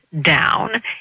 down